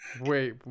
wait